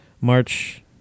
March